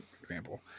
example